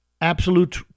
absolute